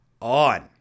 on